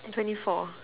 twenty four